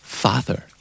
father